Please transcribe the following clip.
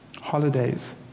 holidays